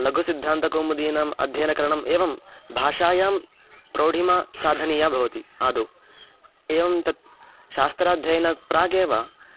लघुसिद्धान्तकौमुदीनाम् अध्ययनकरणम् एवं भाषायां प्रौढिमा साधनीया भवति आदौ एवं तत् शास्त्राध्ययनात् प्रागेव